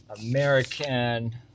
American